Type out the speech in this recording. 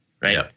right